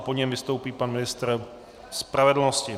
Po něm vystoupí pan ministr spravedlnosti.